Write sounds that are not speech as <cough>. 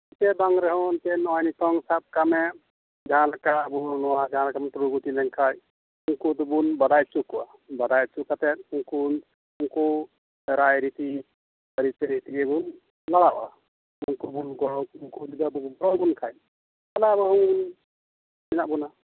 ᱱᱚᱛᱮ ᱵᱟᱝ ᱚᱱᱛᱮ ᱱᱚᱜᱼᱚᱭ ᱱᱤᱛᱚᱝ ᱥᱟᱵ ᱠᱟᱜ ᱢᱮ ᱡᱟᱦᱟᱸ ᱞᱮᱠᱟ ᱟᱵᱚᱦᱚᱸ ᱱᱚᱣᱟ ᱡᱟᱦᱟᱸ ᱞᱮᱠᱟ ᱵᱚᱱ ᱯᱨᱚᱜᱚᱛᱤ ᱞᱮᱱᱠᱷᱟᱱ ᱩᱱᱠᱩ ᱫᱚᱵᱚᱱ ᱵᱟᱰᱟᱭ ᱦᱚᱪᱚ ᱠᱚᱣᱟ ᱵᱟᱰᱟᱭ ᱦᱚᱪᱚ ᱠᱟᱛᱮᱫ ᱩᱱᱠᱩ ᱩᱱᱠᱩ ᱨᱟᱭᱼᱨᱤᱛᱤ ᱟᱹᱨᱤᱪᱟᱹᱞᱤ ᱤᱭᱟᱹ ᱵᱚᱱ ᱵᱟᱲᱟᱣᱟ ᱩᱱᱠᱩᱵᱚᱱ ᱜᱚᱲᱚ ᱩᱱᱠᱩ ᱡᱩᱫᱤ ᱟᱵᱚ ᱠᱚ ᱜᱚᱲᱚ ᱟᱵᱚᱱ ᱠᱷᱟᱱ ᱛᱟᱦᱚᱞᱮ ᱟᱵᱚ <unintelligible> ᱦᱮᱱᱟᱜ ᱵᱚᱱᱟ